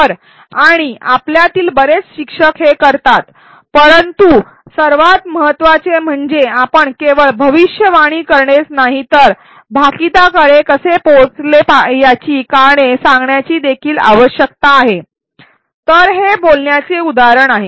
तर आणि आपल्यातील बरेच शिक्षक हे करतात परंतु सर्वात महत्त्वाचे म्हणजे आपण केवळ भविष्यवाणी करणेच नाही तर भाकिताकडे कसे पोचले याची कारणे सांगण्याची देखील आवश्यकता आहे तर हे बोलण्याचे उदाहरण आहे